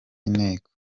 inteko